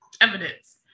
evidence